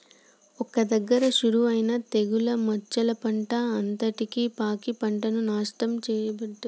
ఒక్క దగ్గర షురువు అయినా తెగులు మచ్చలు పంట అంతటికి పాకి పంటకు నష్టం చేయబట్టే